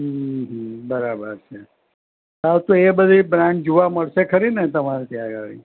હં હં બરાબર છે સારું તો એ બધી બ્રાન્ડ જોવા મળશે ખરી ને તમારે ત્યાં આગળ